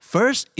First